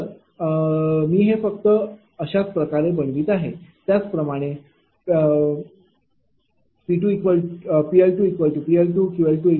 परंतु मी हे फक्त अशाच प्रकारे बनवित आहे त्याचप्रमाणे PL2PL2 QL2QL आहे